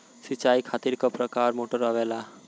सिचाई खातीर क प्रकार मोटर आवेला?